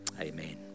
amen